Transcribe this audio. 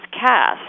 cast